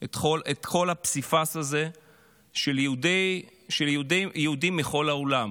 את כל הפסיפס הזה של יהודים מכל העולם,